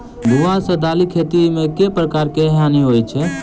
भुआ सँ दालि खेती मे केँ प्रकार केँ हानि होइ अछि?